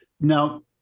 now